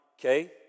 Okay